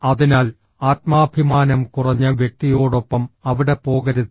അതിനാൽ ആത്മാഭിമാനം കുറഞ്ഞ വ്യക്തിയോടൊപ്പം അവിടെ പോകരുത്